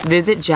Visit